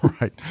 right